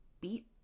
beat